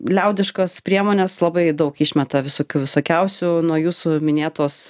liaudiškos priemonės labai daug išmeta visokių visokiausių nuo jūsų minėtos